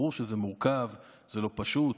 ברור שזה מורכב, זה לא פשוט,